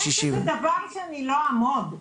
אין כזה דבר שאני לא אעמוד.